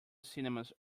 cinemas